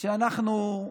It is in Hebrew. שאנחנו,